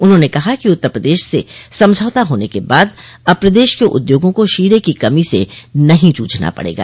उन्होंने कहा उत्तर प्रदेश से समझौता होने के बाद अब प्रदेश के उद्योगों को शीरे की कमी से नहीं जूझना पड़ेगा